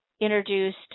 introduced